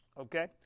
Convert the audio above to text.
Okay